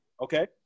Okay